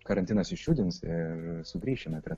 karantinas išjudins ir sugrįšime prie